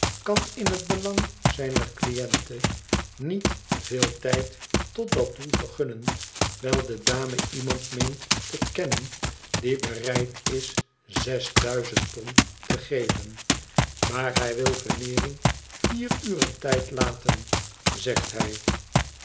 kan m het belang zijner cliënte niet veel tijd tot dat doel vergunnen wijl de dame iemand meent te kennen die bereid is zes duizend pond te geven maar hij wil veneering vier tiren tijd laten zegt hij